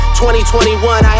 2021